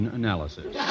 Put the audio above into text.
analysis